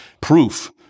proof